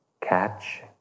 catch